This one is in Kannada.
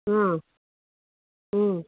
ಹ್ಞೂ ಹ್ಞೂ